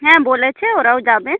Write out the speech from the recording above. হ্যাঁ বলেছে ওরাও যাবে